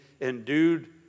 endued